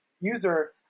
user